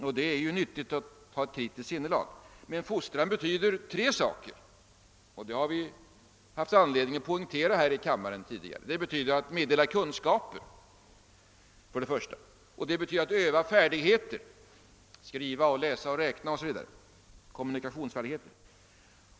Det är visserligen nyttigt att ha ett kritiskt sinnelag, men fostran betyder tre saker, något som vi tidigare haft anledning att poängtera här i kammaren, nämligen för det första att meddela kunskaper, för det andra att öva kommunikationsfärdigheter — skrivning, läsning, räkning o. s. v.